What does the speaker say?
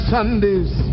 Sunday's